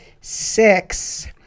six